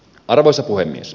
arvoisa puhemies